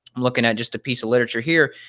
i'm looking at just a piece of literature here,